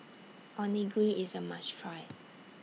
Onigiri IS A must Try